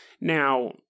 Now